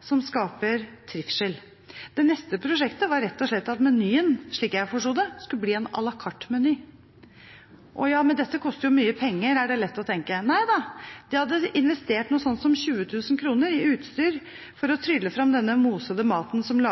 som skaper trivsel. Det neste prosjektet var rett og slett at menyen – slik jeg forsto det – skulle bli en à la carte-meny. Men dette koster jo mye penger, er det lett å tenke. Nei da, de hadde investert noe sånt som 20 000 kr i utstyr for å trylle fram denne mosede maten som ble